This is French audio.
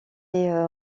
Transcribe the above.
est